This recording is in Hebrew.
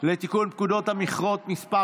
לתיקון פקודת המכרות (מס'